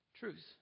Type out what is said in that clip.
Truth